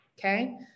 okay